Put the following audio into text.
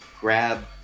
grab